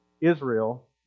Israel